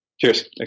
Cheers